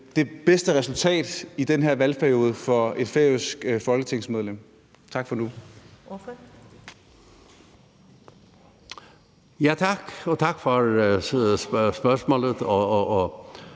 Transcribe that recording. det bedste resultat i den her valgperiode for et færøsk folketingsmedlem. Tak for nu. Kl. 21:39 Første